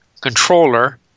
controller